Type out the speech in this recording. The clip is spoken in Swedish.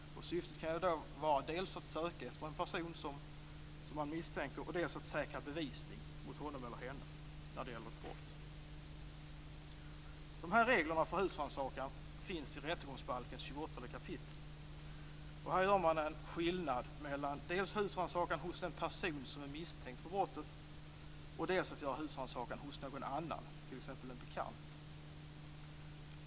Syftet kan vara dels att söka efter en person som man misstänker för brott, dels att säkra bevisning mot honom eller henne. Dessa regler för husrannsakan finns i rättegångsbalkens 28 kapitel. Här gör man skillnad mellan husrannsakan hos en person som är misstänkt för brott och husrannsakan hos någon annan, t.ex. en bekant.